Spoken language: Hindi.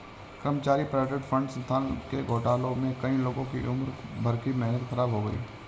कर्मचारी प्रोविडेंट फण्ड संस्था के घोटाले में कई लोगों की उम्र भर की मेहनत ख़राब हो गयी